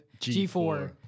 G4